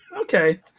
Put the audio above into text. Okay